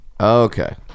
Okay